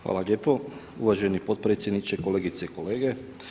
Hvala lijepo uvaženi potpredsjedniče, kolegice i kolege.